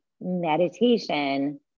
meditation